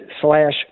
slash